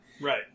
Right